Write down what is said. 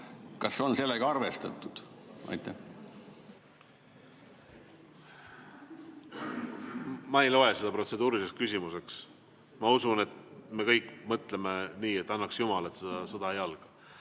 kas sellega on arvestatud? Ma ei loe seda protseduuriliseks küsimuseks. Ma usun, et me kõik mõtleme nii, et annaks jumal, et see sõda ei alga.